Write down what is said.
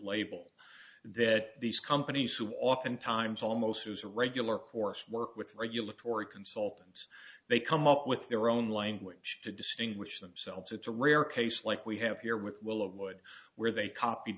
label that these companies who often times almost use a regular course work with regulatory consultants they come up with their own language to distinguish themselves it's a rare case like we have here with well of wood where they cop